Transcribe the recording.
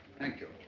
thank you.